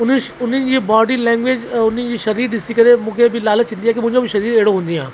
उन्ही उन्हनि जी बॉडी लैंग्वेज उन्हनि जी शरीर ॾिसी करे मूंखे बि लालच ईंदी आहे कि मुंहिंजो बि शरीर अहिड़ो हुजे हा